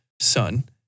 son